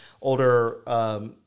older